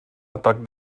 atac